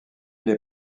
les